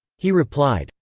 he replied,